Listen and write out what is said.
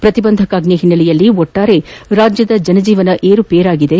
ಪ್ರತಿಬಂಧಕಾಜ್ಜೆ ಹಿನ್ನೆಲೆಯಲ್ಲಿ ಒಟ್ಸಾರೆ ರಾಜ್ಯದ ಜನಜೀವನ ಏರು ಪೇರಾಗಿದೆ